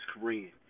Korean